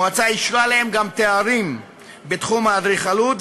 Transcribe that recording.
המועצה אישרה להם גם מתן תארים בתחום האדריכלות,